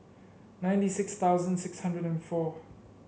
ninety six thousand six hundred and four